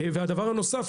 והדבר הנוסף,